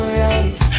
right